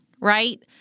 Right